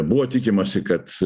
buvo tikimasi kad